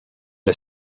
est